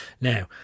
now